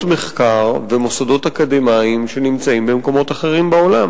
מחקר ומוסדות אקדמיים שנמצאים במקומות אחרים בעולם.